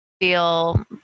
feel